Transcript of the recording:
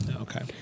okay